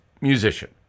musician